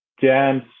jams